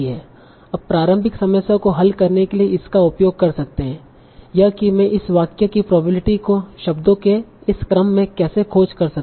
अब प्रारंभिक समस्या को हल करने के लिए इसका उपयोग कर सकते हैं यह की मैं इस वाक्य की प्रोबेबिलिटी को शब्दों के इस क्रम में कैसे खोज कर सकता हु